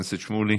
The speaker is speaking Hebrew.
חבר הכנסת שמולי,